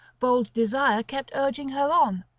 bold desire kept urging her on.